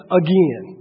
again